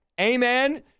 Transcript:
amen